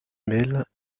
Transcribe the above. mail